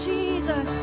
Jesus